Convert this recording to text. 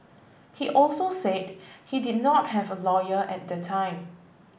he also said he did not have a lawyer at the time